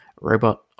robot